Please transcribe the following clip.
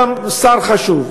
פעם שר חשוב,